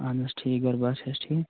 اہن حظ ٹھیٖک گَرٕ بارٕ چھا حظ ٹھیٖک